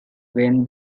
when